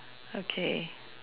okay